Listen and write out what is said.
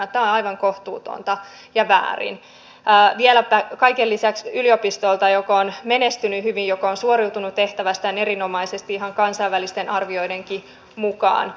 tämä on aivan kohtuutonta ja väärin vieläpä kaiken lisäksi yliopistolta joka on menestynyt hyvin joka on suoriutunut tehtävästään erinomaisesti ihan kansainvälistenkin arvioiden mukaan